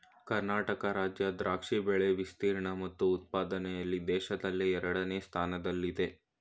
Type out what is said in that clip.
ಕರ್ನಾಟಕ ರಾಜ್ಯ ದ್ರಾಕ್ಷಿ ಬೆಳೆ ವಿಸ್ತೀರ್ಣ ಮತ್ತು ಉತ್ಪಾದನೆಯಲ್ಲಿ ದೇಶದಲ್ಲೇ ಎರಡನೇ ಸ್ಥಾನದಲ್ಲಿದೆ